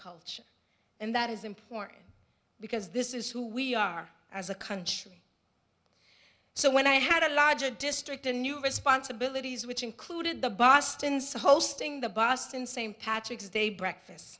culture and that is important because this is who we are as a country so when i had a larger district in new responsibilities which included the boston so hosting the boston same patrick's day breakfast